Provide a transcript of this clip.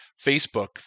Facebook